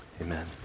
Amen